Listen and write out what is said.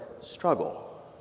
struggle